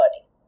body